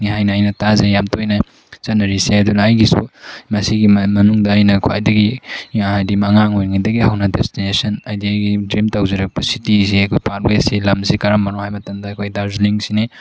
ꯅꯤ ꯍꯥꯏꯅ ꯑꯩꯅ ꯇꯥꯖꯩ ꯌꯥꯝ ꯇꯣꯏꯅ ꯆꯠꯅꯔꯤꯁꯦ ꯑꯗꯨꯅ ꯑꯩꯒꯤꯁꯨ ꯃꯁꯤꯒꯤ ꯃꯅꯨꯡꯗ ꯑꯩꯅ ꯈ꯭ꯋꯥꯏꯗꯒꯤ ꯍꯥꯏꯗꯤ ꯑꯉꯥꯡ ꯑꯣꯏꯔꯤꯉꯩꯗꯒꯤ ꯍꯧꯅ ꯗꯦꯁꯇꯤꯅꯦꯁꯟ ꯍꯥꯏꯗꯤ ꯑꯩꯒꯤ ꯗ꯭ꯔꯤꯝ ꯇꯧꯖꯔꯛꯄ ꯁꯤꯇꯤꯁꯦ ꯑꯩꯈꯣꯏ ꯄꯥꯠ ꯋꯦꯁꯦ ꯂꯝꯁꯦ ꯀꯔꯝꯕꯅꯣ ꯍꯥꯏꯕ ꯃꯇꯝꯗ ꯑꯩꯈꯣꯏ ꯗꯥꯔꯖꯤꯂꯤꯡꯁꯤꯅꯤ